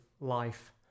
life